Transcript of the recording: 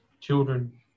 children